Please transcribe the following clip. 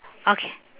okay